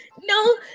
No